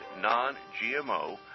non-GMO